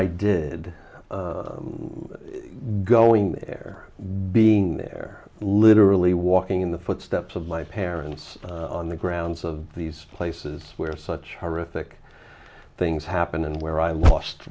i did going there being there literally walking in the footsteps of my parents on the grounds of these places where such horrific things happened and where i lost